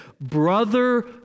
brother